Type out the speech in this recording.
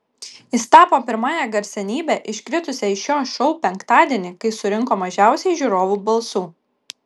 jis tapo pirmąja garsenybe iškritusia iš šio šou penktadienį kai surinko mažiausiai žiūrovų balsų